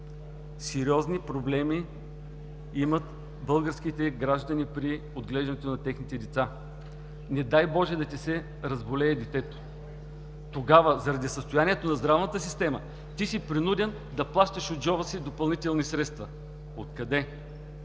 сериозни проблеми имат българските граждани при отглеждането на техните деца. Не дай Боже, да ти се разболее детето. Тогава, заради състоянието на здравната система, ти си принуден да плащаш от джоба си допълнителни средства, защото